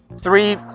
three